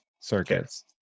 circuits